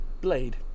Blade